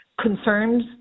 concerns